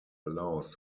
allows